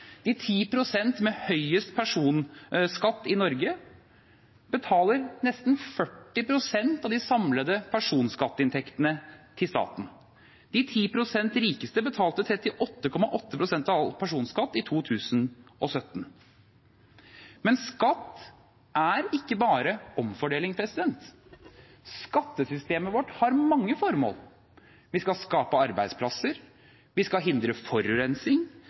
De 10 pst. med høyest personskatt i Norge betaler nesten 40 pst. av de samlede personskatteinntektene til staten. De 10 pst. rikeste betalte 38,8 pst. av all personskatt i 2017. Men skatt er ikke bare omfordeling, skattesystemet vårt har mange formål – vi skal skape arbeidsplasser, vi skal hindre forurensning,